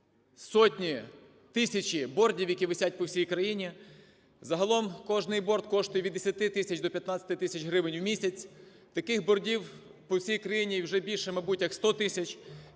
сотні, тисячі бордів, які висять по всій країні, загалом кожний борд коштує від 10 тисяч до 15 тисяч гривень у місяць. Таких бордів по всій країні вже більше, мабуть, як сто тисяч.